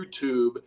YouTube